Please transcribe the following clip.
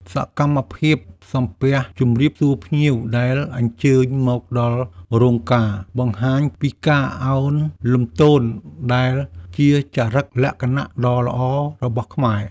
សកម្មភាពសំពះជម្រាបសួរភ្ញៀវដែលអញ្ជើញមកដល់រោងការ បង្ហាញពីការអោនលំទោនដែលជាចរិតលក្ខណៈដ៏ល្អរបស់ខ្មែរ។